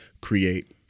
create